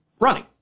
running